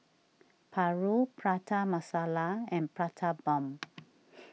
Paru Prata Masala and Prata Bomb